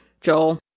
joel